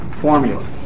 formula